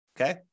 okay